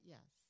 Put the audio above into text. Yes